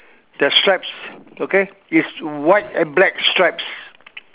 the stripes okay is white and black stripes